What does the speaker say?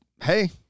hey